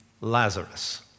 Lazarus